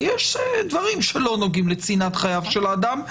יש דברים שלא נוגעים לצנעת חייו של האדם,